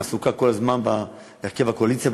היא עסוקה כל הזמן בהרכב הקואליציה,